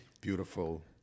beautiful